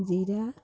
ଜିରା